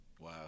wow